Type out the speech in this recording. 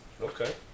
okay